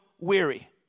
weary